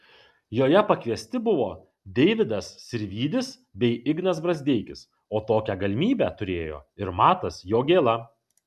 joje pakviesti buvo deividas sirvydis bei ignas brazdeikis o tokią galimybę turėjo ir matas jogėla